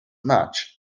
much